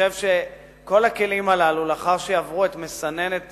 חושב שכל הכלים הללו, לאחר שעברו את מסננת